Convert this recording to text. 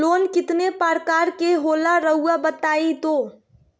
Loan कितने पारकर के होला रऊआ बताई तो?